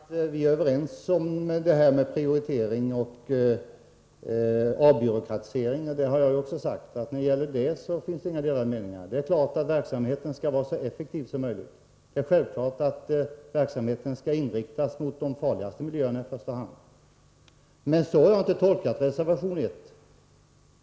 Herr talman! Ingvar Eriksson säger att vi är överens om en prioritering och avbyråkratisering. Det har jag ju också sagt; när det gäller detta finns det inga delade meningar. Det är givet att verksamheten skall vara så effektiv som möjligt. Det är självklart att verksamheten i första hand skall inriktas på de farligaste miljöerna. Men så har jag inte tolkat reservation 1.